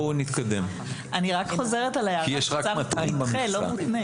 יש רק 200 במכסה.